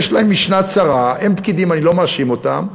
יש להם משנה צרה, הם פקידים, אני לא מאשים אותם.